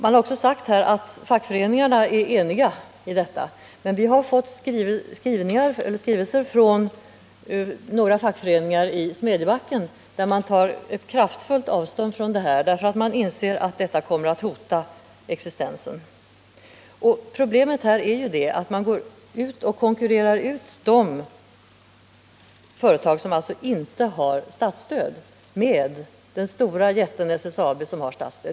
Man har också sagt här att fackföreningarna är eniga om denna lösning, men vi har fått skrivelser från några fackföreningar i Smedjebacken, där man tar kraftfullt avstånd från förslaget därför att man anser att det kommer att hota deras existens. Problemet är ju att de företag man konkurrerar ut med SSAB inte har statsstöd medan den stora jätten SSAB har statsstöd.